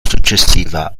successiva